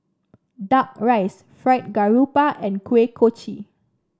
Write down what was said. duck rice Fried Garoupa and Kuih Kochi